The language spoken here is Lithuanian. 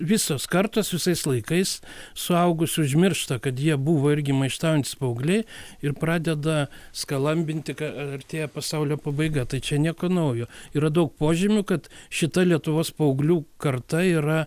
visos kartos visais laikais suaugus užmiršta kad jie buvo irgi maištaujantys paaugliai ir pradeda skalambinti ka artėja pasaulio pabaiga tai čia nieko naujo yra daug požymių kad šita lietuvos paauglių karta yra